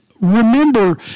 remember